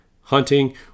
hunting